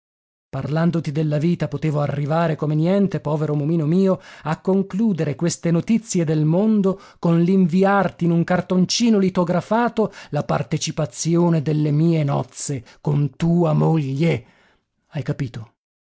parlandoti della vita potevo arrivare come niente povero momino mio a concludere queste notizie del mondo con l'inviarti in un cartoncino litografato la partecipazione delle mie nozze con tua moglie hai capito